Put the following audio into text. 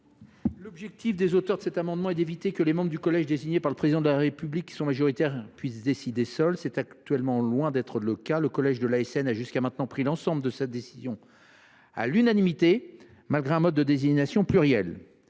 L’objectif des auteurs de cet amendement est d’éviter que les membres du collège désignés par le Président de la République, qui sont majoritaires, ne puissent décider seuls. C’est actuellement loin d’être le cas. Le collège de l’ASN a jusqu’à présent pris l’ensemble de ses décisions à l’unanimité, malgré un mode de désignation pluriel.